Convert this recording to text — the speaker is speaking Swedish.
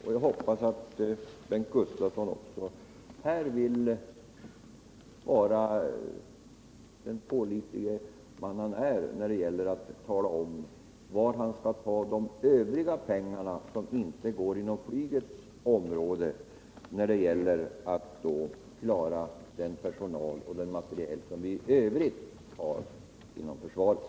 Och jag hoppas att Bengt Gustavsson också här vill vara den pålitlige man han är och tala om, var han skall ta de övriga pengarna när det gäller att klara den personal och den materiel som vi i övrigt har inom försvaret.